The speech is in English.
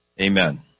amen